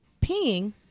peeing